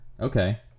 Okay